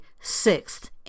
sixth